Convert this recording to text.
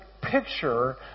picture